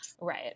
Right